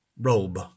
robe